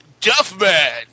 Duffman